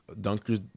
dunkers